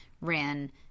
ran